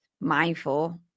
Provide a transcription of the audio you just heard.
mindful